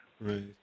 Right